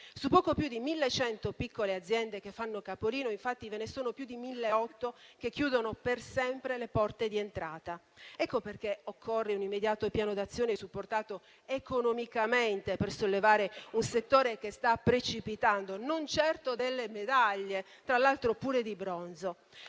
Su poco più di 1.100 piccole aziende che fanno capolino, infatti, ve ne sono più di 1.008 che chiudono per sempre le porte di entrata. Ecco perché occorre un immediato piano d'azione supportato economicamente per sollevare un settore che sta precipitando, non certo delle medaglie, tra l'altro pure di bronzo.